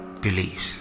beliefs